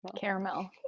caramel